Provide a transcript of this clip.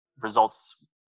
results